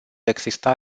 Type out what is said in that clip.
exista